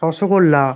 rasgulla